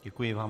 Děkuji vám.